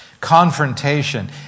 Confrontation